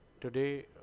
Today